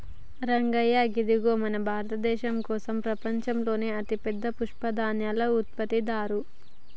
రంగయ్య ఇదిగో మన భారతదేసం ప్రపంచంలోనే అతిపెద్ద పప్పుధాన్యాల ఉత్పత్తిదారు